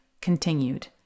continued